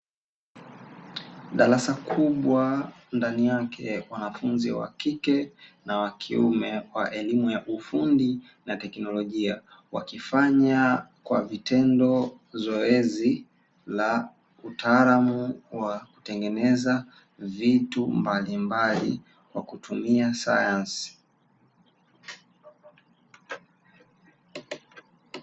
Darasa kubwa ndani yake wanafunzi wa kike na wa kiume kwa elimu ya ufundi na teknolojia, wakifanya kwa vitendo zoezi la utaalamu wa kutengeneza vitu mbali mbali kwa kutumia sayansi.